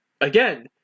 again